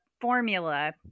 formula